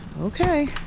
Okay